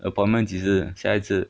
appointment 几时下一次